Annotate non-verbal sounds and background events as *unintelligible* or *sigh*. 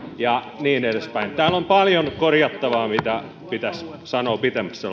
ja niin edespäin täällä on paljon korjattavaa mitä pitäisi sanoa pitemmässä *unintelligible*